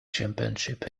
championship